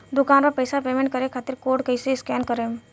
दूकान पर पैसा पेमेंट करे खातिर कोड कैसे स्कैन करेम?